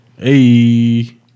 Hey